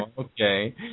Okay